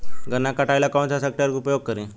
गन्ना के कटाई ला कौन सा ट्रैकटर के उपयोग करी?